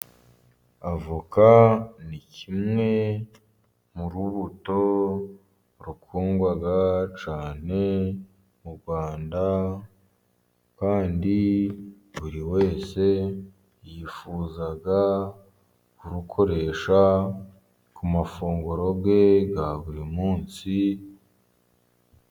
Avoka ni kimwe mu rubuto rukundwa cyane mu Rwanda, kandi buri wese yifuza kurukoresha ku mafunguro ye ya buri munsi.